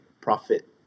profit